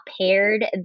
paired